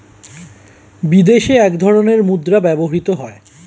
বিদেশে এক ধরনের মুদ্রা ব্যবহৃত হয়